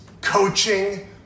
coaching